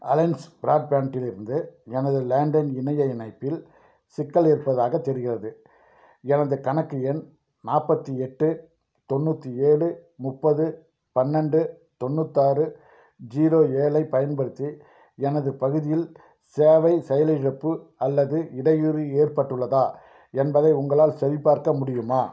alliance broadband இலிருந்து எனது landline இணைய இணைப்பில் சிக்கல் இருப்பதாகத் தெரிகிறது எனது கணக்கு எண் நாற்பத்தி எட்டு தொண்ணூற்றி ஏழு முப்பது பன்னெண்டு தொண்ணூற்றி ஆறு ஜீரோ ஏழு ஐப் பயன்படுத்தி எனது பகுதியில் சேவை செயலிழப்பு அல்லது இடையூறு ஏற்பட்டுள்ளதா என்பதை உங்களால் சரிபார்க்க முடியுமா